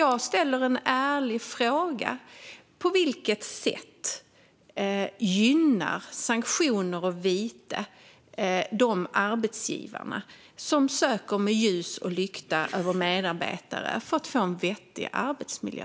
Jag ställer därför en ärlig fråga: På vilket sätt gynnar sanktioner och viten de arbetsgivare som söker med ljus och lykta efter medarbetare för att få en vettig arbetsmiljö?